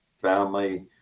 family